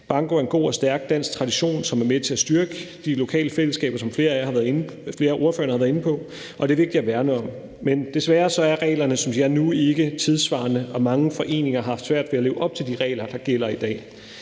Banko er en god og stærk dansk tradition, som er med til at styrke de lokale fællesskaber, som flere af ordførerne har været inde på, og det er vigtigt at værne om det. Desværre er reglerne nu, synes jeg, ikke tidssvarende, og mange foreninger har haft svært ved at leve op til de regler, der gælder i dag.